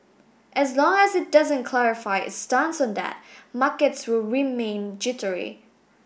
as long as it doesn't clarify its stance on that markets will remain jittery